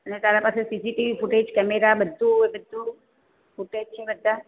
ને તારા પાસે સીસીટીવી ફૂટેજ કેમેરા બધું એ બધું ફૂટેજ છે બધાં